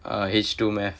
uh H two mathematics